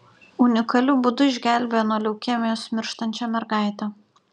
unikaliu būdu išgelbėjo nuo leukemijos mirštančią mergaitę